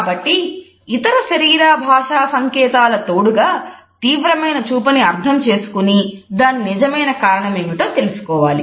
కాబట్టి ఇతర శరీర భాషా సంకేతాల తోడుగా తీవ్రమైన చూపును అర్థం చేసుకుని దాని నిజమైన కారణమేమిటో తెలుసుకోవాలి